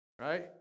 Right